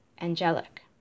angelic